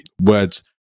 words